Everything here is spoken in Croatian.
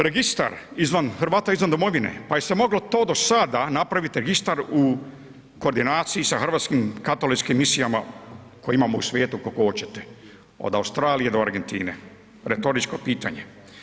Registar izvan, Hrvata izvan domovine, pa jel se moglo to do sada napraviti registar u koordinaciji sa Hrvatskim katoličkim misijama koje imamo u svijetu kolko oćete, od Australije do Argentine, retoričko pitanje.